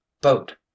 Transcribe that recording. boat